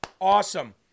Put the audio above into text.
Awesome